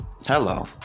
Hello